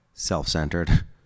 self-centered